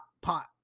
pot